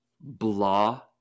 blah